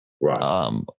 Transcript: Right